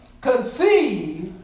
conceive